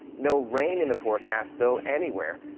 no rain in the forecast, though, anywhere.